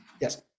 Yes